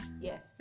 yes